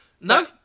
No